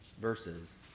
verses